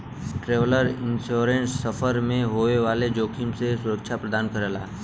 travel insurance सफर में होए वाले जोखिम से सुरक्षा प्रदान करला